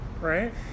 Right